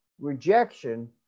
rejection